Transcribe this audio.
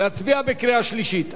להצביע בקריאה שלישית?